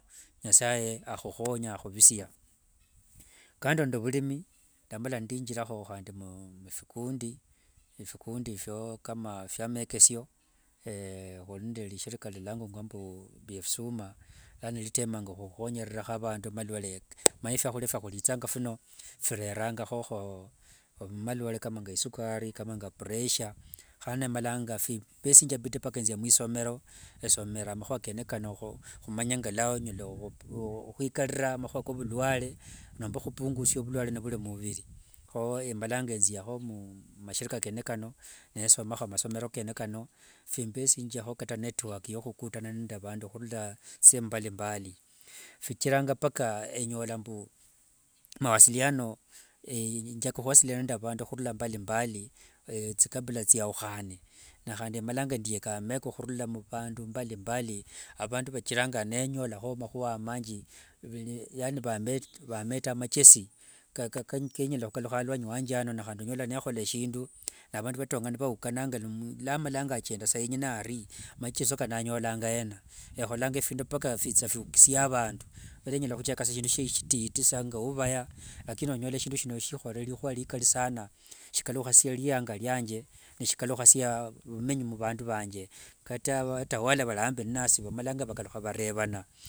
Nyasaye amakhukhonya, albuvusia. Ndama nindinjirakho handi mufikundi, efikundi fwa maekesio khuli nende lishirika likangungua mbu befusuma, lano litemangakho khukhonyerera vandu malwale. Omanye fwahulia fwakhulithanga phino phirerangakhokho malwale kama nge isukari, kama nge pressure, hane malanga phimbethanga bidii mpaka nzia mwesomero esomera makhua kene kano khumanya ngoluonyala khwikarira makhua kovulwale noma khupubgusia vulwale vuli mumuviri. Kho emalanga thiakho mashirika kene kano, nesomakho masomero kene kano. Phimbethingia network ya khukutana nende vandu khurula thisehemu mbai mbali. Phichiranga mpaka enyola mbu mawasiliano njaka khuasiliana nende vandu khurula mbalimbambali thikabila thiaukhane. Nekhandi malanga ndeka ameko khurula muvandu mbalimbambali avandu vachiranga nenyola ameko mbalimbambali yani vametanga amachesi, kenyala khukalukha aluanyi wanje ano nehandi onyola nikhola shindu vandu vatonga nivaukananga luamalanga achendasa yengene ari, macheso kano anyolanga yena? Ekholanga phindu mpaka fitha fiukusia avandu. Khuelenya khuanza shindu ngauvaya lakini onyola shindu shino shikholere shindu shikali sana shikalukhasia liyanga liange. Nishikalukhasia mumenye vwa vandu vange. Kata vatawala vali ambi inasi vamalanga vakalukhana varevana.